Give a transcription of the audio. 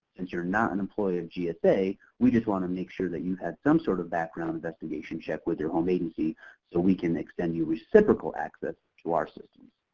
since you're not an employee of gsa, we just want to make sure that you have some sort of background investigation check with your home agency so we can extend you reciprocal access to our systems.